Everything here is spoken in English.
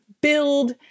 build